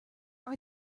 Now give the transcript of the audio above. are